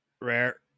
Rare